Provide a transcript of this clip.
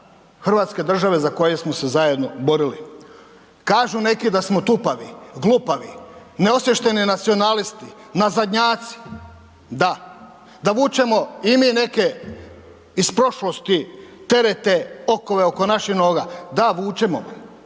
hrvatske države za koje smo se zajedno borili. Kažu neki da smo tupavi, glupavi, neosviješteni nacionalisti, nazadnjaci, da, da vučemo i mi neke iz prošlosti terete, okove oko naših noga. Da vučemo.